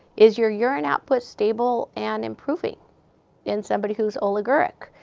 is your urine output stable and improving in somebody who's oliguric?